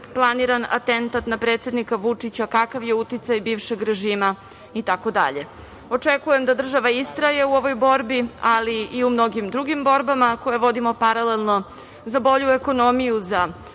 planiran atentat na predsednika Vučića, kakav je uticaj bivšeg režima, itd. Očekujem da država istraje u ovoj borbi, ali i u mnogim drugim borbama koje vodimo paralelno, za bolju ekonomiju,